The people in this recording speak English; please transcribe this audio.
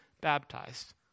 baptized